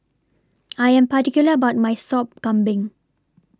I Am particular about My Sop Kambing